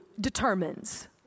determines